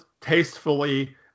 tastefully